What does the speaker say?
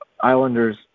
islanders